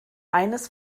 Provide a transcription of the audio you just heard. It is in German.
eines